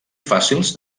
fàcils